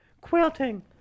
Quilting